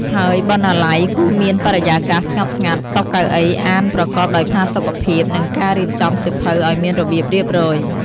ហើយបណ្ណាល័យគួរមានបរិយាកាសស្ងប់ស្ងាត់ តុ កៅអី អានប្រកបដោយផាសុកភាព និងការរៀបចំសៀវភៅឲ្យមានរបៀបរៀបរយ។